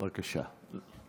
בבקשה.